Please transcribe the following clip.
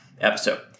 episode